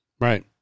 Right